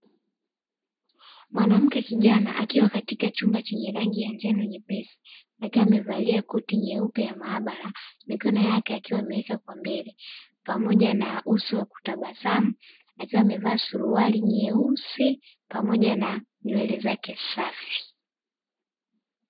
Mwanamke kijana akiwa katika chumba chenye rangi ya njano nyepesi, akiwa amevalia koti nyeupe ya maabara, mikono yake, akiwa ameweka kwa mbele, pamoja na uso wa kutabasamu, akiwa amevaa suruali nyeusi pamoja na nywele zake safi.